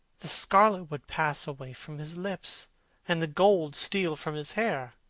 the scarlet would pass away from his lips and the gold steal from his hair.